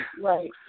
right